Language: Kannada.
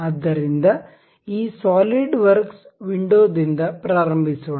ಆದ್ದರಿಂದ ಈ ಸಾಲಿಡ್ವರ್ಕ್ಸ್ ವಿಂಡೋದಿಂದ ಪ್ರಾರಂಭಿಸೋಣ